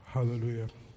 Hallelujah